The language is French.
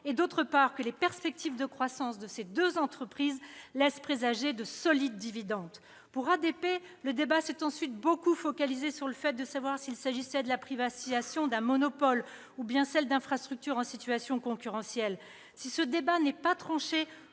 et, d'autre part, que les perspectives de croissance de ces deux entreprises laissent présager de solides dividendes. Pour ADP, ensuite, le débat s'est beaucoup focalisé sur le fait de savoir s'il s'agissait de la privation d'un monopole ou bien d'infrastructures en situation concurrentielle. Si ce débat n'est pas tranché,